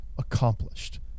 accomplished